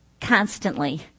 constantly